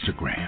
Instagram